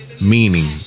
Meaning